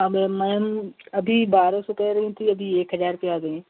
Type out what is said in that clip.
अब मैम अभी बारह सौ कह रही थी अभी एक हज़ार पर आ गई